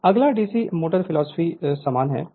Refer Slide Time 2616 अगला DC motors philosophy समान है